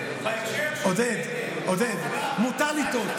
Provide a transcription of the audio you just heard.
עודד, עודד, מותר לטעות.